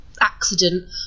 accident